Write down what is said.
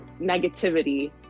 negativity